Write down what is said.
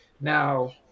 Now